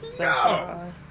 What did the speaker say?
No